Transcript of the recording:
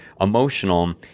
emotional